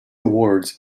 awards